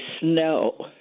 snow